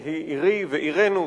שהיא עירי ועירנו,